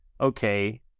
okay